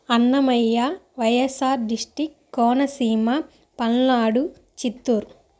Annamayya YSR district Konaseema Palnadu Chittoor